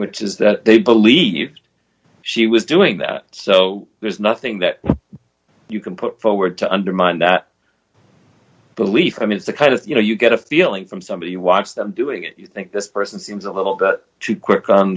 which is that they believed she was doing that so there's nothing that you can put forward to undermine that belief i mean it's a kind of you know you get a feeling from somebody watch them doing it you think this person seems a little too quick on